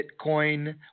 Bitcoin